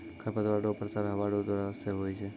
खरपतवार रो प्रसार हवा रो द्वारा से हुवै छै